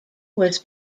was